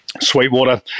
Sweetwater